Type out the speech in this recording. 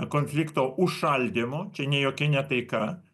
konflikto užšaldymu čia ne jokia ne taika